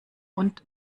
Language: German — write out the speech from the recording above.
und